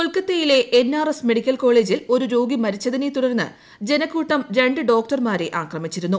കൊൽക്കത്തയിലെ N R S medical കോളെജിൽ ഒരു രോഗി മരിച്ചതിനെ തുടർന്ന് ജനക്കൂട്ടം രണ്ട് ഡോക്ടർമാരെ ആക്രമിച്ചിരുന്നു